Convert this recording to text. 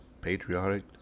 patriotic